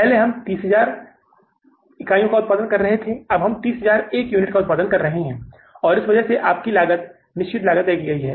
पहले हम 30000 का उत्पादन कर रहे थे अब आप 30001 यूनिट का उत्पादन कर रहे हैं और इस वजह से आपकी निश्चित लागत तय की गई है